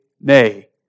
nay